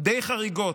די חריגות,